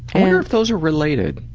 and wonder if those are related.